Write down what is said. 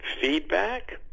feedback